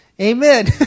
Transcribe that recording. Amen